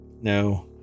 no